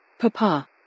Papa